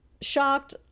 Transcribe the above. shocked